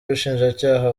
ubushinjacyaha